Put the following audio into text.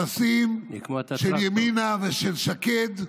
ושתיקת הכבשים של ימינה ושל שקד,